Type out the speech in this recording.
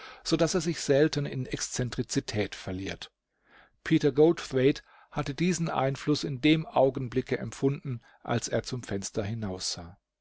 bildet sodaß er sich selten in exzentrizität verliert peter goldthwaite hatte diesen einfluß in dem augenblicke empfunden als er zum fenster hinaussah